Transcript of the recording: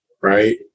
right